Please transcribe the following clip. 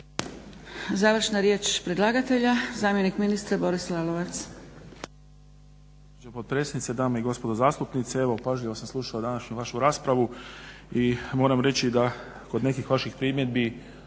Završna riječ predlagatelja, zamjenik ministra Boris Lalovac.